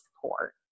support